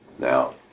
Now